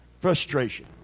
frustration